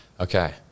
okay